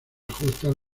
ajustan